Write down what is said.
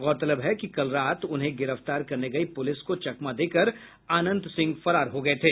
गौरतलब है कि कल रात उन्हें गिरफ्तार करने गयी पुलिस को चकमा देकर अनंत सिंह फरार हो गये थे